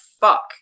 fuck